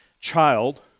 child